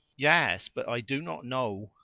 yes but i do not know,